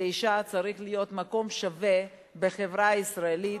שלאשה צריך להיות מקום שווה בחברה הישראלית,